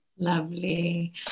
lovely